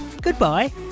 goodbye